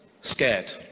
scared